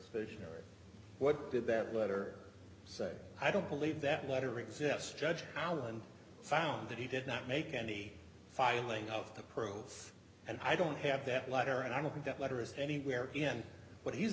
vision or what did that letter say i don't believe that letter exists judge allen found that he did not make any filing of the prose and i don't have that letter and i don't think that letter is anywhere in what he's